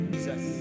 Jesus